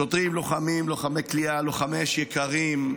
שוטרים, לוחמים, לוחמי כליאה, לוחמי אש יקרים,